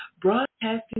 broadcasting